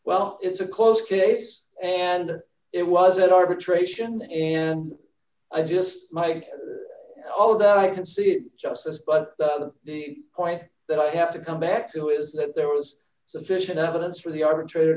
well it's a close case and it was at arbitration and i just might all that i can see it justice but d the point that i have to come back to is that there was sufficient evidence for the arbitrator